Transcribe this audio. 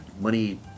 money